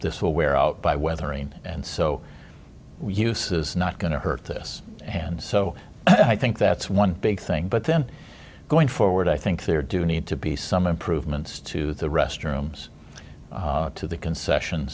this will wear out by weather rain and so we use is not going to hurt this and so i think that's one big thing but then going forward i think there do need to be some improvements to the restrooms to the concession